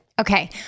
Okay